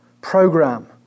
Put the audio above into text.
program